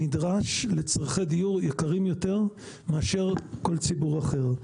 נדרש לצרכי דיור יקרים יותר מאשר כל ציבור אחר.